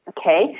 okay